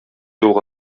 юлга